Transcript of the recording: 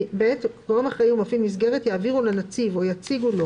גורם אחראי ומפעיל מסגרת יעבירו לנציב או יציגו לו,